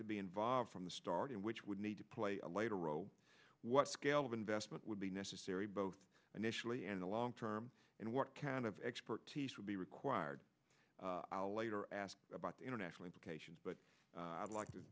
to be involved from the start and which would need to play a later role what scale of investment would be necessary both initially and the long term and what kind of expertise would be required i'll later ask about the international implications but i'd like to